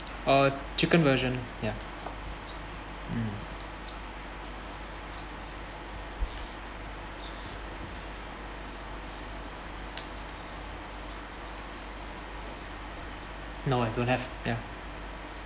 uh chicken version ya mm no I don't have ya